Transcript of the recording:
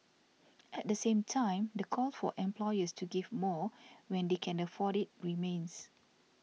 at the same time the call for employers to give more when they can afford it remains